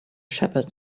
shepherd